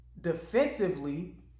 Defensively